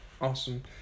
Awesome